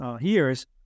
years